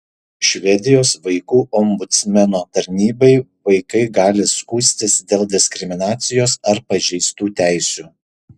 švedijos vaikų ombudsmeno tarnybai vaikai gali skųstis dėl diskriminacijos ar pažeistų teisių